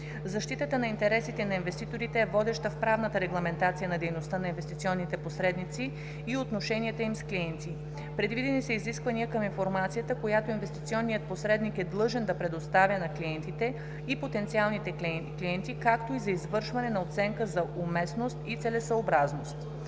Защитата на интересите на инвеститорите е водеща в правната регламентация на дейността на инвестиционните посредници и отношенията им с клиенти. Предвидени са изисквания към информацията, която инвестиционният посредник е длъжен да предоставя на клиентите и потенциалните клиенти, както и за извършване на оценка за уместност и целесъобразност;